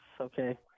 okay